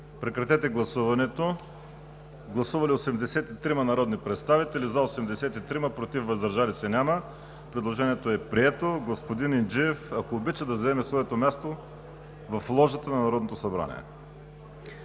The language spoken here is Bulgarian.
предложението за допуск. Гласували 83 народни представители: за 83, против и въздържали се няма. Предложението е прието. Господин Инджиев, ако обича, да заповяда на своето място в ложата на Народното събрание.